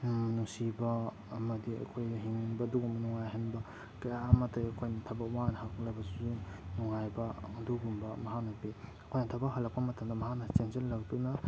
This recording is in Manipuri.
ꯅꯨꯡꯁꯤꯕ ꯑꯃꯗꯤ ꯑꯩꯈꯣꯏꯅ ꯍꯤꯡꯅꯤꯡꯕ ꯑꯗꯨꯒꯨꯝꯕ ꯅꯨꯡꯉꯥꯏꯍꯟꯕ ꯀꯌꯥ ꯑꯃ ꯑꯇꯩ ꯑꯩꯈꯣꯏꯅ ꯊꯕꯛ ꯋꯥꯅ ꯍꯜꯂꯛꯂꯕꯁꯨ ꯅꯨꯡꯉꯥꯏꯕ ꯑꯗꯨꯒꯨꯝꯕ ꯃꯍꯥꯛꯅ ꯄꯤ ꯑꯩꯈꯣꯏꯅ ꯊꯕꯛ ꯍꯜꯂꯛꯄ ꯃꯇꯝꯗ ꯃꯍꯥꯛꯅ ꯆꯦꯟꯁꯤꯜꯂꯛꯇꯨꯅ